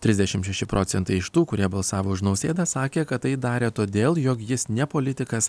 trisdešim šeši procentai iš tų kurie balsavo už nausėdą sakė kad tai darė todėl jog jis ne politikas